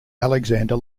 alexander